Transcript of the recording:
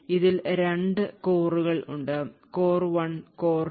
ഇതിൽ രണ്ട് core കൾ ഉണ്ട് കോർ 1 കോർ 2